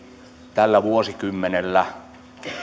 tällä vuosikymmenellä